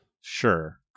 Sure